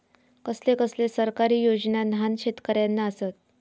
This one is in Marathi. कसले कसले सरकारी योजना न्हान शेतकऱ्यांना आसत?